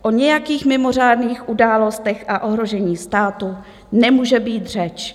O nějakých mimořádných událostech a ohrožení státu nemůže být řeč.